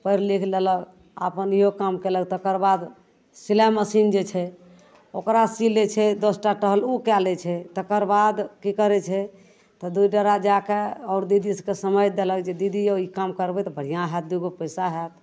पढ़ि लिखि लेलक अपन इहो काम कएलक तकर बाद सिलाइ मशीन जे छै ओकरा सी लै छै दस टा टहलो कै लै छै तकर बाद कि करै छै तऽ दुइ डेरा जाके आओर दीदी सभकेँ समय देलक जे दीदी यौ ई काम करबै तऽ बढ़िआँ हैत दुइ गो पइसा हैत